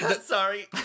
Sorry